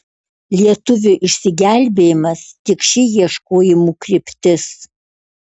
lietuvių išsigelbėjimas tik ši ieškojimų kryptis